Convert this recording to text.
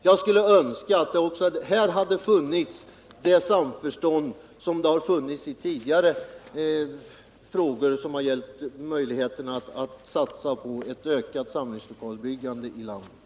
Jag skulle önska att också här funnes det samförstånd som tidigare förekommit när det gällt möjligheterna att åstadkomma ett ökat samlingslokalsbyggande i landet.